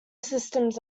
systems